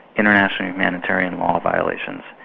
international humanitarian law violations,